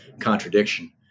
contradiction